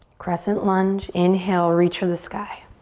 crescent lunge. inhale, reach for the sky.